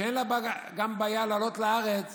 שאין לה גם בעיה להעלות לארץ